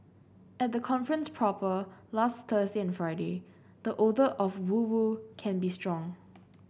at the conference proper last Thursday and Friday the odour of woo woo can be strong